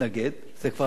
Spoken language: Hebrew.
זה כבר להרוס את הבניין,